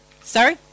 Sorry